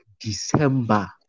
December